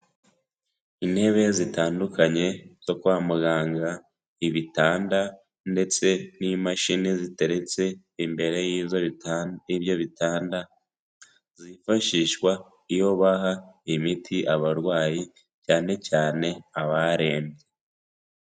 Intebe zitandukanye zo kwa muganga ibitanda ndetse n'imashini, ziteretse imbere y'ibyo bitanda zifashishwa iyo baha imiti abarwayi cyane cyane abarembye.